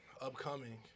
Upcoming